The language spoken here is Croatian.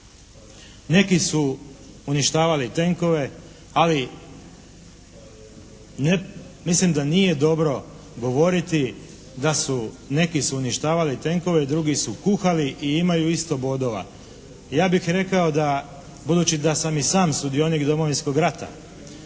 Neki su uništavali tenkove ali mislim da nije dobro govoriti da su neki su uništavali tenkove, drugi su kuhali i imaju isto bodova. Ja bih rekao, budući da sam i sam sudionik Domovinskog rata